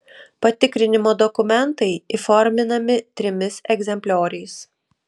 patikrinimo dokumentai įforminami trimis egzemplioriais